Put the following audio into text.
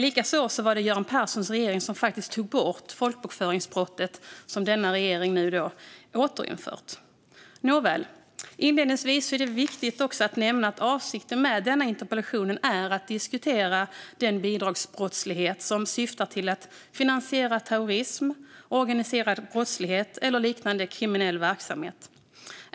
Likaså var det faktiskt Göran Perssons regering som tog bort folkbokföringsbrottet, som denna regering nu har återinfört. Nåväl. Inledningsvis är det viktigt att även nämna att avsikten med interpellationen är att diskutera den bidragsbrottslighet som syftar till att finansiera terrorism, organiserad brottslighet eller liknande kriminell verksamhet.